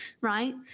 right